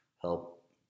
help